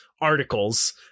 articles